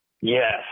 Yes